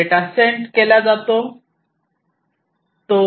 data sent केला जातो